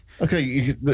Okay